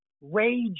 rage